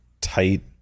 tight